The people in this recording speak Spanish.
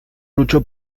luchó